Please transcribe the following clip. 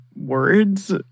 words